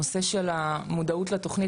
הנושא של המודעות לתוכנית,